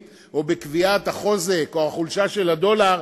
או בקביעת החוזק או החולשה של הדולר,